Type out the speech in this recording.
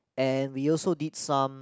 and we also did some